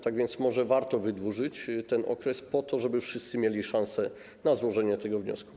Tak więc może warto wydłużyć ten okres po to, żeby wszyscy mieli szansę na złożenie tego wniosku.